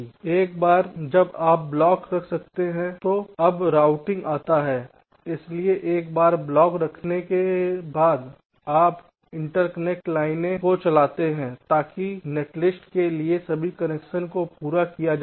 एक बार जब आप ब्लॉक रख देते हैं तो अब रूटिंग आता है इसलिए एक बार ब्लॉक करने के बाद आप इंटरकनेक्ट लाइनों को चलाते हैं ताकि नेटलिस्ट के लिए सभी कनेक्शन को पूरा किया जा सके